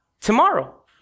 tomorrow